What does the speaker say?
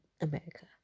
America